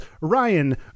Ryan